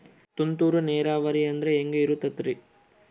ತುಂತುರು ನೇರಾವರಿ ಅಂದ್ರೆ ಹೆಂಗೆ ಇರುತ್ತರಿ?